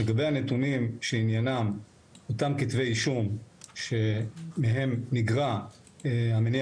לגבי הנתונים שעניינם אותם כתבי אישום שמהם נגרע המניע